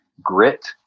grit